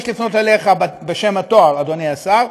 יש לפנות אליך בשם התואר "אדוני השר",